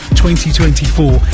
2024